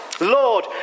Lord